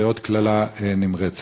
ועוד קללה נמרצת.